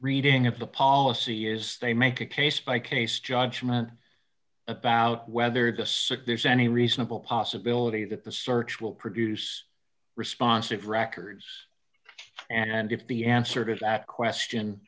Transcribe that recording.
reading of the policy is they make a case by case judgement about whether the sick there's any reasonable possibility that the search will produce responsive records and if the answer to that question